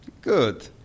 Good